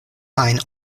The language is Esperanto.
ajn